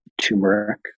turmeric